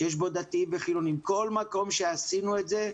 שיש בו דתיים וחילוניים כל מקום שעשינו את זה,